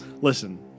Listen